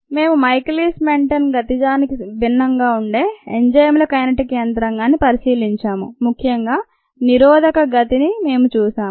మేము Michaelis Menten గతిజానికి భిన్నంగా ఉండే ఎంజైమ్ ల కైనెటిక్ యంత్రాంగాలను పరిశీలించాము ముఖ్యంగా నిరోధక గతిని మేము చూసాము